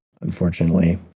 Unfortunately